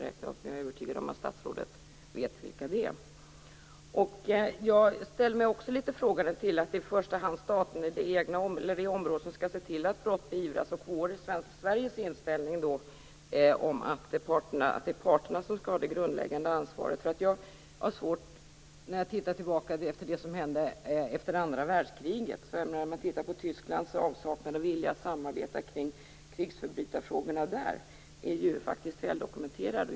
Men jag är övertygad om att statsrådet vet vilka de är. Jag ställer mig också frågande till att det i första hand är stater i området som skall se till att brott beivras och till Sveriges inställning, att parterna skall ha det grundläggande ansvaret. Vi kan titta tillbaka på det som hände under andra världskriget. Tysklands avsaknad av vilja att samarbeta kring krigsförbrytarfrågor är ju väl dokumenterad.